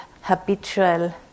habitual